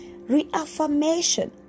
reaffirmation